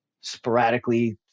sporadically